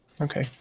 Okay